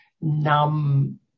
numb